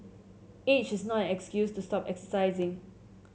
age is not an excuse to stop exercising